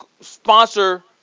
sponsor